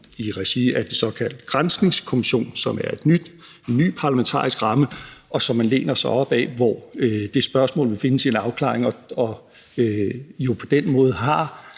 i regi af en såkaldt granskningskommission, som er en ny parlamentarisk ramme, som man læner sig op ad, hvor det spørgsmål vil finde sin afklaring og på den måde har